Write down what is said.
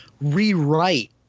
rewrite